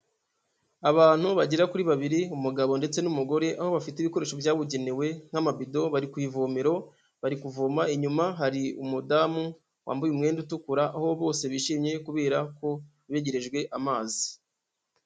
Abantu bagera kuri babiri, umugabo ndetse n'umugore, aho bafite ibikoresho byabugenewe nk'amabido, bari ku ivomero bari kuvoma, inyuma hari umudamu wambaye umwenda utukura, aho bose bishimye kubera ko begerejwe amazi.